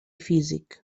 físic